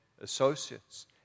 associates